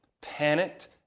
panicked